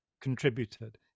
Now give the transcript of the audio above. contributed